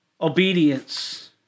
obedience